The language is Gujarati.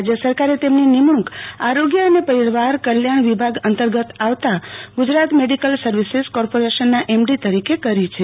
રાજ્ય સરકારે તેમની નિમણૂંક આરોગય અને પરિવાર કલલ્યણ વિભાગ અંતર્ગત આવતા ગુજરાત મેડિકલ સર્વિસીસ કોર્પોરેશનના એમડી તરીકે કરી છે